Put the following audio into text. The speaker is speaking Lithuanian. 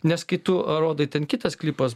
nes kai tu rodai ten kitas klipas